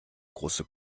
große